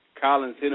Collins